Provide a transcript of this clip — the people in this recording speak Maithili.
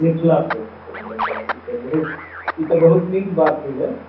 मिथिला प्रेसपर करबै अच्छा ई तऽ बहुत ई तऽ बहुत नीक बात भेलै